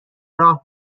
راه